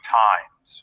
times